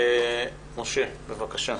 משה, בבקשה.